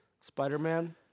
Spider-Man